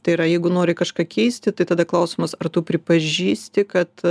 tai yra jeigu nori kažką keisti tai tada klausimas ar tu pripažįsti kad